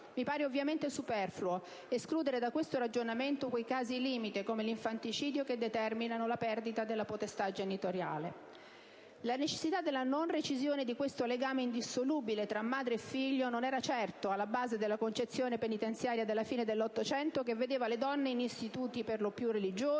Mi pare ovviamente superfluo escludere da questo ragionamento quei casi limite come l'infanticidio, che determinano la perdita della potestà genitoriale. La necessità della non recisione di questo legame indissolubile tra madre e figlio non era certo alla base della concezione "penitenziaria" della fine dell'Ottocento che vedeva le donne in istituti per lo più religiosi,